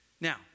Now